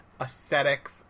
aesthetics